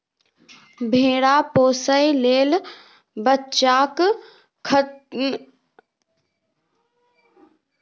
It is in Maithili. भेरा पोसय लेल बच्चाक रखबाक जगह, उन रखबाक जगह आ चाराक बेबस्था हेबाक चाही